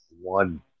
one